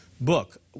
book